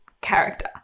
character